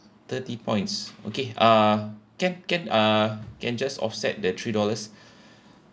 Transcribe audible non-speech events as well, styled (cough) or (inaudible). thirty points okay uh can can uh can just offset the three dollars (breath)